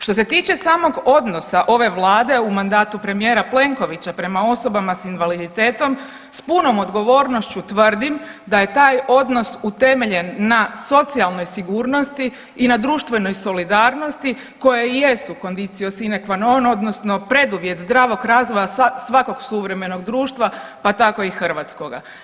Što se tiče samog odnosa ove vlade u mandatu premijera Plenkovića prema osobama s invaliditetom s punom odgovornošću tvrdim da je taj odnos utemeljen na socijalnoj sigurnosti i na društvenoj solidarnosti koje jesu i condicio sine qua non odnosno preduvjet zdravog razvoja svakog suvremenog društva pa tako i hrvatskoga.